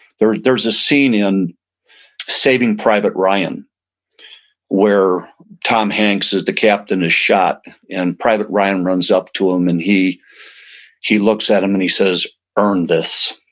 there's there's a scene in saving private ryan where tom hanks, the captain is shot and private ryan runs up to him and he he looks at him and he says earn this.